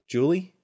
Julie